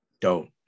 Dope